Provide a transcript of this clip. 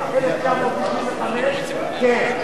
אם הם התחילו לעבוד אחרי 1995,